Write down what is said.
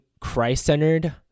Christ-centered